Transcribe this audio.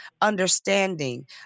understanding